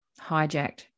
hijacked